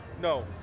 No